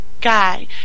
guy